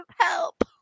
help